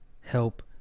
help